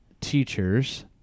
teachers